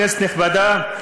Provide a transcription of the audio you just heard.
כנסת נכבדה,